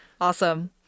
Awesome